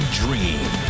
dream